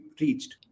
reached